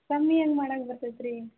ಕಮ್ಮಿ ಹೆಂಗೆ ಮಾಡಕ್ಕೆ ಬರ್ತೈತಿ ರೀ